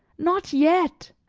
not yet,